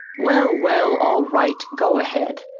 well, well, all right, go ahead,